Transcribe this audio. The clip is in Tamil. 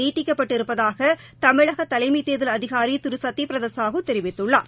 நீடிக்கப்பட்டிருப்பதாக தமிழக தலைமை தேர்தல் அதிகாரி திரு சத்ய பிரதா சாஹூ தெரிவித்துள்ளார்